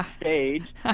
stage